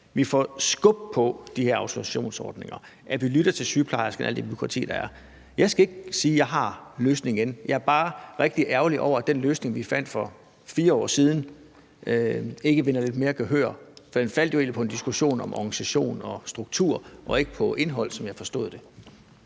vi får skub på de her autorisationsordninger, at vi lytter til sygeplejerskerne om alt det bureaukrati, der er. Jeg skal ikke sige, at jeg har løsningen. Jeg er bare rigtig ærgerlig over, at den løsning, vi fandt for 4 år siden, ikke vinder lidt mere gehør, for den faldt jo egentlig på en diskussion om organisation og struktur og ikke på indhold, som jeg har forstået det.